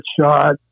shot